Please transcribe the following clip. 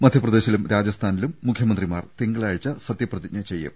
മധ്യപ്രദേശിലും രാജസ്ഥാനിലും മുഖ്യമന്ത്രിമാർ തിങ്കളാഴ്ച്ച സത്യപ്രതിജ്ഞ ചെയ്യും